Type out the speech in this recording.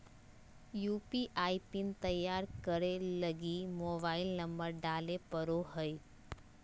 UPI PIN तैयार करे लगी मोबाइल नंबर डाले पड़ो हय